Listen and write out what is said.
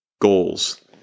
goals